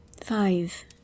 Five